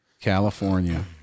California